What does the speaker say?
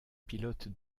pilote